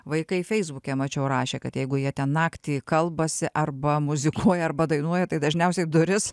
vaikai feisbuke mačiau rašė kad jeigu jie ten naktį kalbasi arba muzikuoja arba dainuoja tai dažniausiai duris